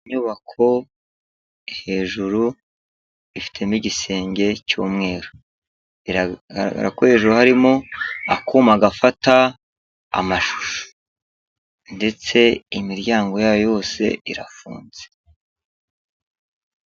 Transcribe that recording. Inyubako hejuru ifitemo igisenge cy'umweru iragaragara ko hejuru harimo akuma gafata amashusho ndetse imiryango yayo yose irafunze.